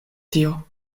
tio